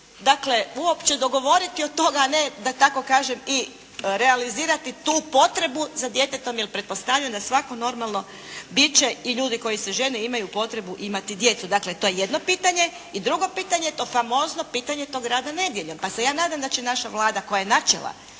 dakle uopće dogovoriti o tome a ne da tako kažem i realizirati tu potrebu za djetetom, jer pretpostavljam da svako normalno biće i ljudi koji se žene imaju potrebu imati djecu. Dakle, to je jedno pitanje. I drugo pitanje, to famozno pitanje tog rada nedjeljom. Pa se ja nadam da će naša Vlada koja je načela